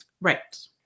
Right